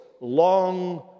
long